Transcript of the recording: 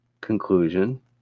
conclusion